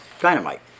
dynamite